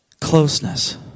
Closeness